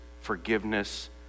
forgiveness